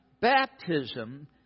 baptism